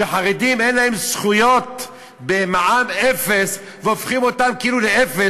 שחרדים אין להם זכויות במע"מ אפס והופכים אותם לאפס,